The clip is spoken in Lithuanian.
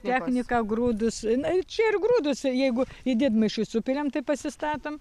techniką grūdus na čia ir grūdus ir jeigu į didmaišius supylėm tai pasistatom